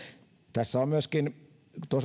tässä on myöskin todellakin